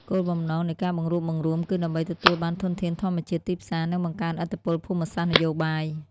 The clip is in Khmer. គោលបំណងនៃការបង្រួបបង្រួមគឺដើម្បីទទួលបានធនធានធម្មជាតិ ទីផ្សារ និងបង្កើនឥទ្ធិពលភូមិសាស្ត្រនយោបាយ។